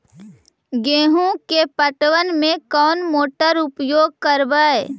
गेंहू के पटवन में कौन मोटर उपयोग करवय?